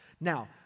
Now